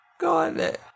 God